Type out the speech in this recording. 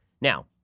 Now